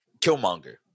Killmonger